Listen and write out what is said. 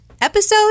Episode